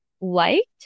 liked